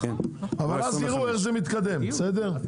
אבל אז תראו איך זה מתקדם בסדר?